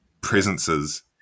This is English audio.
presences